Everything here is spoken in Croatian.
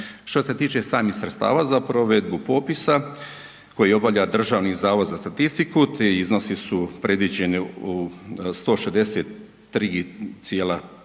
Što se tiče samih sredstava za provedbu popisa koji obavlja Državni zavod za statistiku, ti iznosi su predviđeni u 163,058